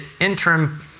interim